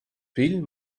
fill